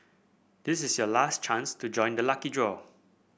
this is your last chance to join the lucky draw